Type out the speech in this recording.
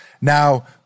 now